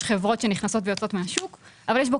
יש חברות שנכנסות ויוצאות מהשוק אבל יש בו